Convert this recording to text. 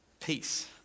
peace